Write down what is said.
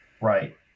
Right